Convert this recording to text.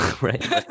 right